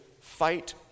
fight